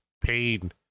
pain